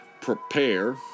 prepare